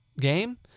game